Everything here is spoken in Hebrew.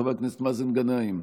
חבר הכנסת מאזן גנאים,